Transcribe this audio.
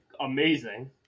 amazing